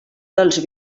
dels